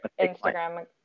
instagram